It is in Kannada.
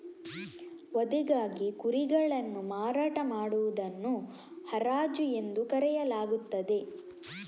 ವಧೆಗಾಗಿ ಕುರಿಗಳನ್ನು ಮಾರಾಟ ಮಾಡುವುದನ್ನು ಹರಾಜು ಎಂದು ಕರೆಯಲಾಗುತ್ತದೆ